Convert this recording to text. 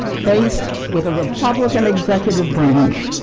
faced with a republican executive branch,